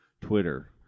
Twitter